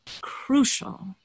crucial